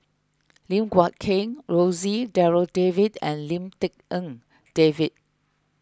Lim Guat Kheng Rosie Darryl David and Lim Tik En David